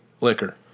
liquor